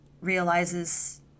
realizes